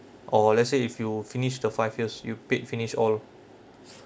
or let's say if you finish the five years you paid finish all